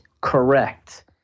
correct